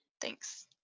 Thanks